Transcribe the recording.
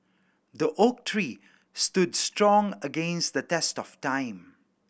the oak tree stood strong against the test of time